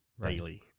daily